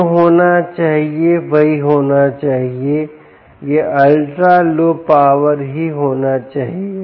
जो होना चाहिए वही होना चाहिए यह अल्ट्रा लो पावर ही होना चाहिए